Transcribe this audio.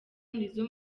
n’izo